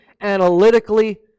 analytically